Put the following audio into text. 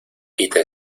quita